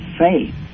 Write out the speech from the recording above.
faith